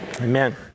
amen